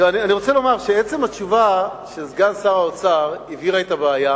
אני רוצה לומר שעצם התשובה של סגן שר האוצר הבהירה את הבעיה,